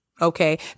okay